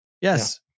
Yes